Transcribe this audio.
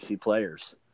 players